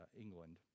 England